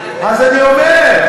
אז אני אומר,